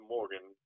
Morgan